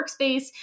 Workspace